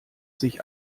sich